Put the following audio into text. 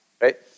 right